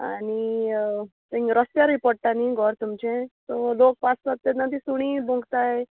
आनी तेंग रोस्त्यारूय पोडटा न्ही घर तुमचें सो लोक पांच पात तेन्ना ती सुणी बोंकताय